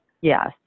Yes